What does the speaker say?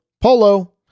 Polo